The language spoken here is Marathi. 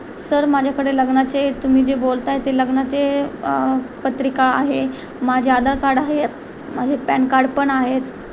सर माझ्याकडे लग्नाचे तुम्ही जे बोलत आहात ते लग्नाचे पत्रिका आहे माझे आधार कार्ड आहे माझे पॅन कार्ड पण आहेत